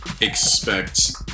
expect